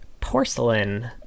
porcelain